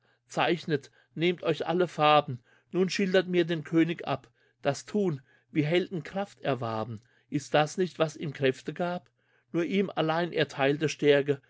zeichnet nehmt euch alle farben nun schildert mir den könig ab das thun wie helden kraft erwarben ist das nicht was ihm kräfte gab nur ihm allein erteilte